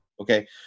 Okay